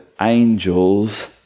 angels